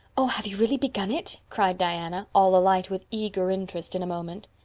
oh, have you really begun it? cried diana, all alight with eager interest in a moment.